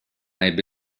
ebbe